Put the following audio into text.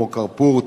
כמו "קארפור",